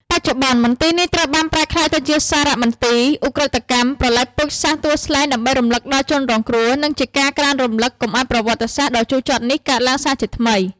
បច្ចុប្បន្ន មន្ទីរនេះត្រូវបានប្រែក្លាយទៅជាសារមន្ទីរឧក្រិដ្ឋកម្មប្រល័យពូជសាសន៍ទួលស្លែង ដើម្បីរំលឹកដល់ជនរងគ្រោះ និងជាការក្រើនរំលឹកកុំឱ្យប្រវត្តិសាស្ត្រដ៏ជូរចត់នេះកើតឡើងសាជាថ្មី។